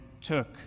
took